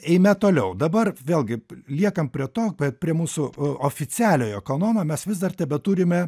eime toliau dabar vėlgi liekam prie to kad prie mūsų oficialiojo kanono mes vis dar tebeturime